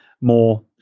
more